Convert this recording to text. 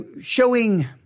showing